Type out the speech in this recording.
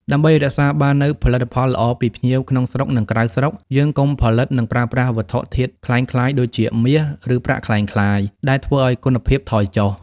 ដើម្បីរក្សាបាននូវផលិតផលល្អពីភ្ញៀវក្នុងស្រុកនិងក្រៅស្រុកយើងកុំផលិតនិងប្រើប្រាស់វត្ថុធាតុក្លែងក្លាយដូចជា មាស ឬប្រាក់ក្លែងក្លាយដែលធ្វើឲ្យគុណភាពថយចុះ។